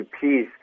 please